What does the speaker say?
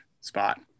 spot